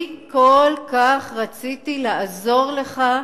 אני כל כך רציתי לעזור לך,